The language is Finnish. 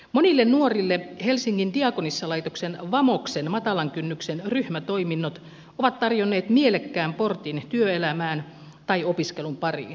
monille nuorille helsingin diakonissalaitoksen vamoksen matalan kynnyksen ryhmätoiminnot ovat tarjonneet mielekkään portin työelämään tai opiskelun pariin